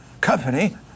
company